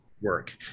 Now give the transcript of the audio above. work